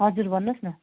हजुर भन्नुहोस् न